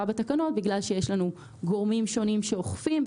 בתקנות בגלל שיש לנו גורמים שונים שאוכפים.